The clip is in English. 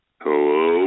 Hello